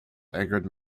angered